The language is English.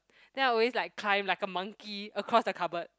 then I always like climb like a monkey across the cupboard